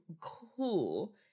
cool